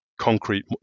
concrete